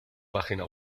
página